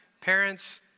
Parents